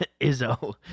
Izzo